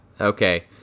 Okay